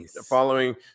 following